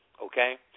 okay